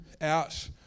out